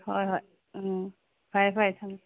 ꯍꯣꯏ ꯍꯣꯏ ꯎꯝ ꯐꯔꯦ ꯐꯔꯦ ꯊꯝꯃꯦ